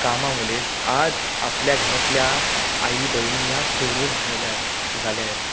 कामामुळेच आज आपल्या घरातल्या आई बहिणी या सुरुद ढळल्यात झाल्या आहेत